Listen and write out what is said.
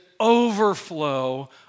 overflow